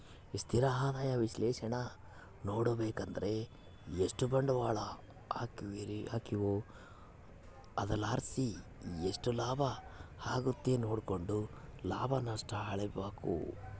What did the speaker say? ಸ್ಥಿರ ಆದಾಯ ವಿಶ್ಲೇಷಣೇನಾ ನೋಡುಬಕಂದ್ರ ಎಷ್ಟು ಬಂಡ್ವಾಳ ಹಾಕೀವೋ ಅದರ್ಲಾಸಿ ಎಷ್ಟು ಲಾಭ ಆಗೆತೆ ನೋಡ್ಕೆಂಡು ಲಾಭ ನಷ್ಟ ಅಳಿಬಕು